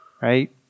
right